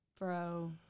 Bro